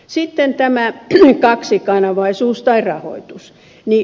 sitten tämä kaksikanavaisuus tai rahoitus